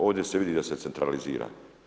Ovdje se vidi da se centralizira.